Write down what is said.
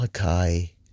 Malachi